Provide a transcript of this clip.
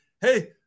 hey